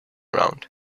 round